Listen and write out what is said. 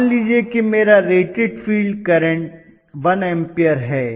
मान लीजिए कि मेरा रेटेड फील्ड करंट 1 एम्पीयर है